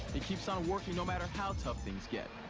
it keeps on working no matter how tough things get.